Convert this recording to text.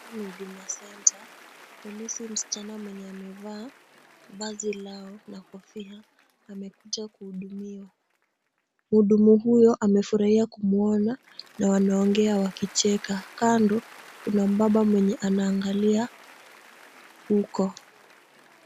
Hili ni Huduma Center, polisi msichana mwenye amevaa vazi lao na kofia, amekuja kuhudumiwa. Mhudumu huyo amefurahia kumwona, kando kuna mbaba ambaye ameangalia huko.